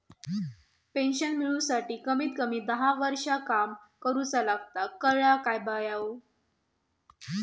Pension मिळूसाठी कमीत कमी दहा वर्षां काम करुचा लागता, कळला काय बायो?